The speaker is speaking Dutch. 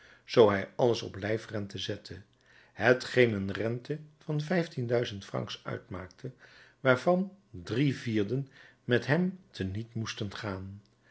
zoo hij alles op lijfrente zette hetgeen een rente van vijftienduizend francs uitmaakte waarvan drie vierden met hem te niet moesten gaan